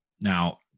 Now